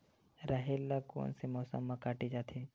राहेर ल कोन से मौसम म काटे जाथे?